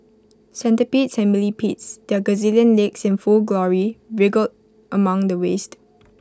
centipedes and millipedes their gazillion legs in full glory wriggled among the waste